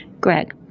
Greg